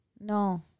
No